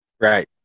Right